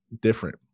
different